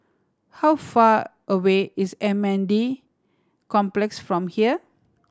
how far away is M N D Complex from here